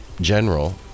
general